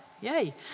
yay